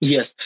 Yes